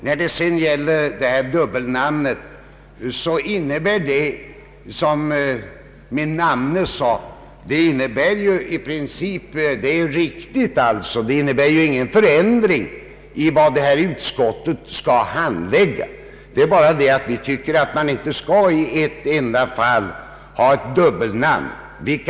Beträffande dubbelnamnet — miljövårdsoch jordbruksutskottet — är det riktigt som min namne sade, nämligen att nu inte föreslås någon förändring beträffande de frågor som utskottet skall handlägga. Vi anser att man inte i något fall skall ha dubbelnamn.